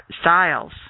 styles